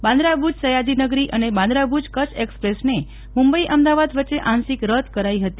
બાન્દ્રા ભુજ સયાજીનગરી અને બાન્દ્રા ભુજ કચ્છ એકસપ્રેસને મુંબઈ અમદાવાદ વચ્ચે આંશિક રદ કરાઈ હતી